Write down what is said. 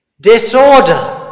Disorder